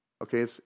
okay